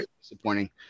disappointing